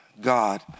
God